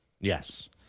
Yes